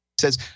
says